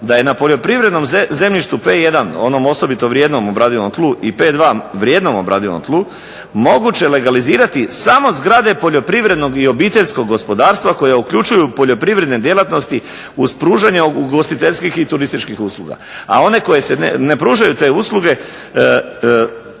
da je na poljoprivrednom zemljištu P1, onom osobito vrijednom obradivom tlu i P2, vrijednom obradivom tlu, moguće legalizirati samo zgrade poljoprivrednog i obiteljskog gospodarstva koje uključuju poljoprivredne djelatnosti uz pružanje ugostiteljskih i turističkih usluga, a one koje ne pružaju te usluge